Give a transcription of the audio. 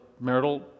marital